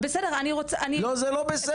זה בסדר, אני --- לא זה לא בסדר.